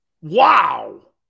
Wow